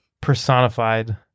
personified